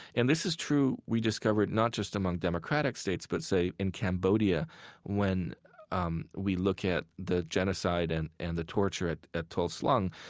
and this is true, we discovered, not just among democratic states but, say, in cambodia when um we look at the genocide and and the torture at at tuol sleng.